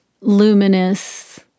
luminous